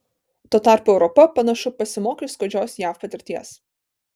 tuo tarpu europa panašu pasimokė iš skaudžios jav patirties